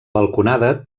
balconada